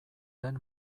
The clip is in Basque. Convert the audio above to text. den